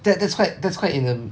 tha~ that's quite that's quite i~